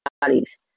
bodies